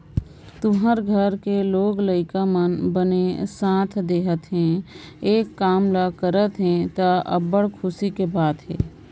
तुँहर घर के लोग लइका मन बने साथ देहत हे, ए काम ल करत हे त, अब्बड़ खुसी के बात हे